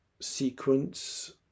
sequence